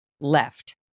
left